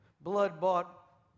blood-bought